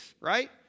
right